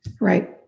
Right